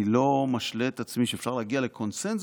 אני לא משלה את עצמי שאפשר להגיע לקונסנזוס,